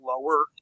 lower